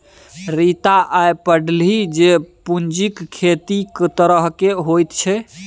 रीता आय पढ़लीह जे पूंजीक कतेक तरहकेँ होइत छै